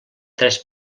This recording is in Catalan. tres